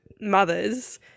mothers